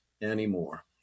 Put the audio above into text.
anymore